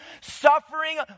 suffering